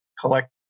collect